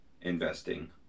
investing